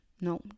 No